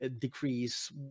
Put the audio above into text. decrease